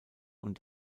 und